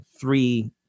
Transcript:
three